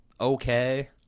Okay